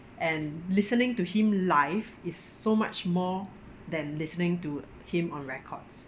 and listening to him live is so much more than listening to him on records